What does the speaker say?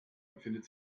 befindet